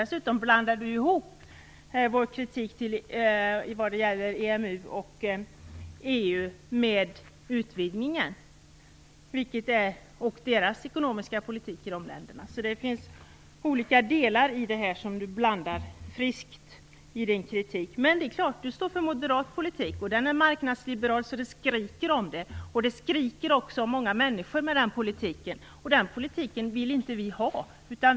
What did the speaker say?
Dessutom blandar han ihop vår kritik vad gäller EMU och EU med utvidgningen och den ekonomiska politiken i dessa länder. Det finns olika delar i detta som Sten Tolgfors blandar frisk i sin kritik. Men Sten Tolgfors står ju för moderat politik, och den är marknadsliberal så att det skriker om det. Det skriker också om många människor med den politiken, och den politiken vill inte vi ha.